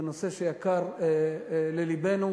זה נושא שיקר ללבנו,